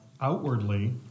outwardly